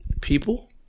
People